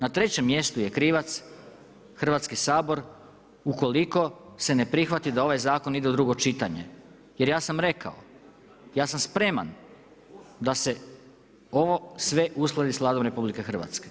Na trećem mjestu je krivac Hrvatski sabor ukoliko se ne prihvati da ovaj zakon ide u drugo čitanje jer ja sam rekao, ja sam spreman da se ovo sve uskladi sa Vladom RH.